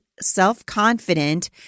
self-confident